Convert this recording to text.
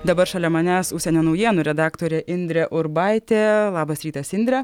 dabar šalia manęs užsienio naujienų redaktorė indrė urbaitė labas rytas indre